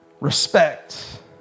respect